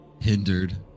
hindered